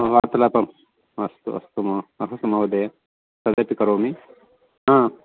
हा वार्तलापम् अस्तु अस्तु मह् अस्तु महोदये तदपि करोमि हा